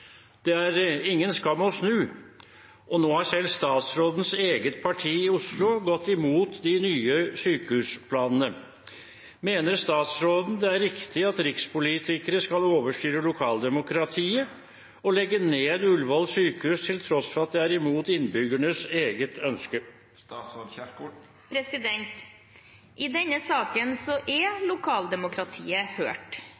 Det er ingen skam å snu, og nå har selv statsrådens eget parti i Oslo gått imot de nye sykehusplanene. Mener statsråden det er riktig at rikspolitikere skal overstyre lokaldemokratiet, og legge ned Ullevål sykehus, til tross for at det er imot innbyggernes eget ønske?» I denne saken